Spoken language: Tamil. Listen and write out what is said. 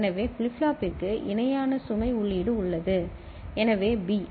எனவே பிளிப் ஃப்ளாப்பிற்கு இணையான சுமை உள்ளீடு உள்ளது எனவே பி